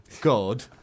god